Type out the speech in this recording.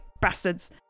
bastards